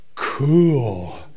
Cool